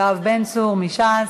יואב בן צור מש"ס.